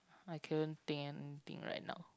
I couldn't think anything right now